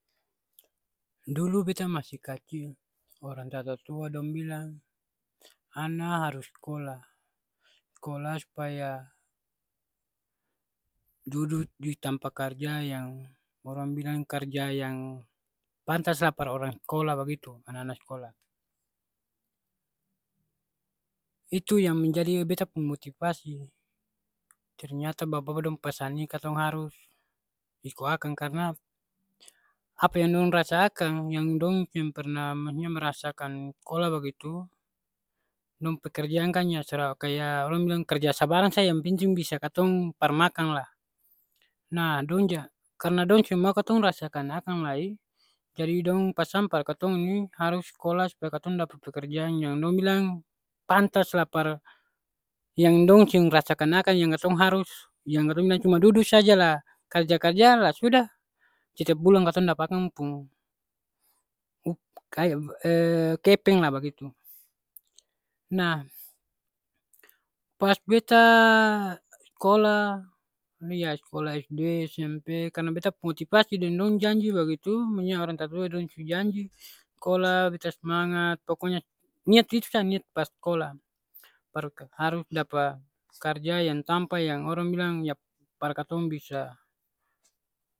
Dulu beta masih kacil. Orang tatatua dong bilang, ana harus skolah, skolah supaya dudu di tampa karja yang orang bilang karja yang pantas lah par orang skolah bagitu, anana skolah. Itu yang menjadi beta pung motipasi. Ternyata bapa bapa dong pesan ini katong harus iko akang karna apa yang dong rasa akang yang dong seng pernah manya merasakan skolah bagitu, dong pekerjaan kan hanya sera kaya orang bilang karja sabarang sa yang penting bisa katong par makang lah. Nah dong ja karna dong seng mau katong rasakan akang lai, jadi dong pasang par katong ini harus skolah supaya katong dapa pekerjaan yang dong bilang pantas lah par yang dong seng rasakan akang yang katong harus yang katong bilang cuma dudu saja la karja karja la sudah setiap bulan katong dapa akang pung kepeng lah bagitu. Nah, pas beta skolah, ya skolah sd, smp, karna beta pung motipasi deng dong janji bagitu, munya orang tatua dong su janji, skolah beta smangat, pokonya niat itu sa niat par skolah. Par harus dapa karja yang tampa yang orang bilang ya par katong bisa